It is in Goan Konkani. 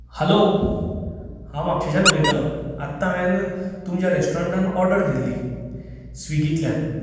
हॅलो हांव म्हापशेच्यान उलयतां आत्ता हांवें तुमच्या रॅस्टोरंटांत ऑर्डर दिल्ली स्विगिंतल्यान